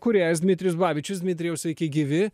kūrėjas dmitrijus babičius dmitrijau sveiki gyvi